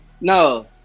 No